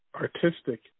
artistic